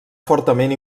fortament